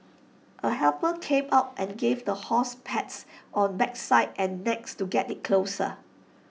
A helper came out and gave the horse pats on backside and neck to get IT closer